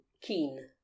keen